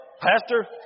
Pastor